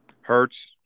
Hertz